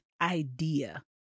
idea